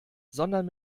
sondern